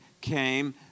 came